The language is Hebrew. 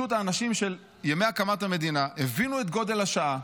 האנשים של ימי הקמת המדינה פשוט הבינו את גודל השעה,